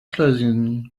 closing